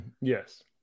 Yes